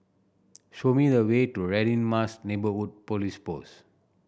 show me the way to Radin Mas Neighbourhood Police Post